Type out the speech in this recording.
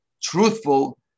truthful